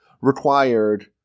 required